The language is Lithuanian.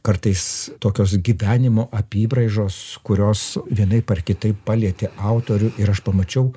kartais tokios gyvenimo apybraižos kurios vienaip ar kitaip palietė autorių ir aš pamačiau